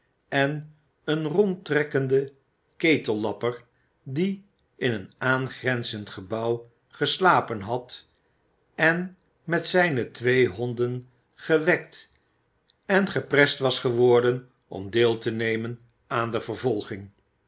en een rondtrekkenden ketellapper die in een aangrenzend gebouw geslapen had en met zijne twee honden gewekt en geprest was geworden om deel te nemen aan de vervolging